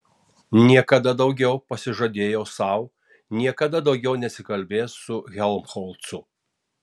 niekada daugiau pasižadėjo sau niekada daugiau nesikalbės su helmholcu